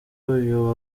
uyu